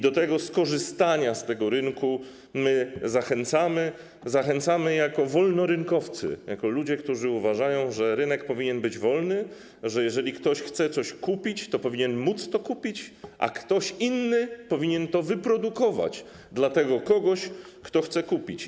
Do skorzystania z tego rynku zachęcamy, zachęcamy jako wolnorynkowcy, jako ludzie, którzy uważają, że rynek powinien być wolny, że jeżeli ktoś chce coś kupić, to powinien móc to kupić, a ktoś inny powinien to wyprodukować dla tego kogoś, kto chce kupić.